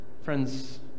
Friends